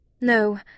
No